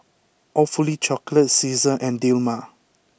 Awfully Chocolate Cesar and Dilmah